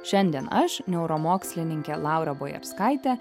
šiandien aš neuromokslininkė laura bojarskaitė